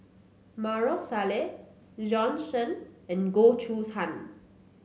Maarof Salleh Bjorn Shen and Goh Choo San